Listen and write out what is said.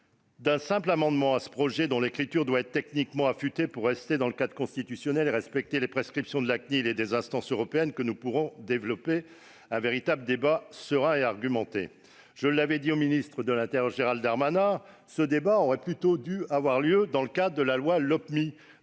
d'un simple amendement sur ce projet de loi, dont l'écriture doit être techniquement affûtée pour rester dans le cadre constitutionnel et respecter les prescriptions de la Cnil et des instances européennes, que nous pourrons avoir un débat serein et argumenté. Je l'avais dit au ministre de l'intérieur Gérald Darmanin : ce débat aurait plutôt dû se tenir dans le cadre de l'élaboration